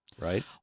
right